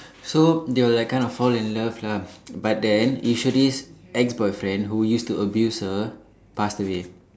so they would like kind of fall in love lah but then Eswari's ex boyfriend who used to abuse her passed away